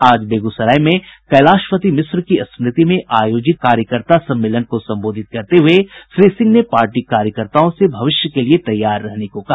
आज बेगूसराय में कैलाशपति मिश्र की स्मृति में आयोजित कार्यकर्ता सम्मेलन को संबोधित करते हुए श्री सिंह ने पार्टी कार्यकर्ताओं से भविष्य के लिए तैयार रहने को कहा